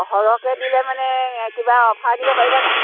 সৰহকৈ দিলে মানে কিবা অফাৰ দিব পাৰিবা নাই